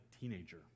teenager